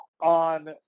on